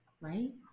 right